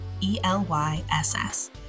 E-L-Y-S-S